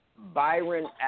Byron